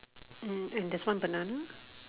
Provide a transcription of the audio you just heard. um and there's one banana